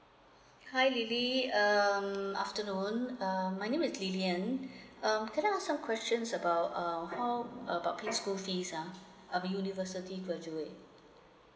hi lily um afternoon um my name is lilian um can I know some questions about uh how uh about pay school fees uh I'm an university graduate